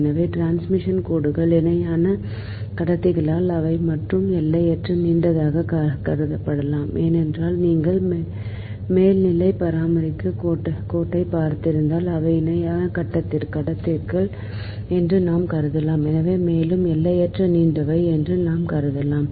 எனவே டிரான்ஸ்மிஷன் கோடுகள் இணையான கடத்திகளால் ஆனவை மற்றும் எல்லையற்ற நீண்டதாக கருதப்படலாம் ஏனென்றால் நீங்கள் மேல்நிலை பரிமாற்றக் கோட்டைப் பார்த்திருந்தால் அவை இணையான கடத்திகள் என்று நாம் கருதலாம் மேலும் அவை எல்லையற்ற நீண்டவை என்று நாம் கருதலாம்